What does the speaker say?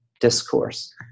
discourse